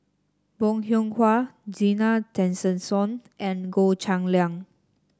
Bong Hiong Hwa Zena Tessensohn and Goh Cheng Liang